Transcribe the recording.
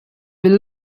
will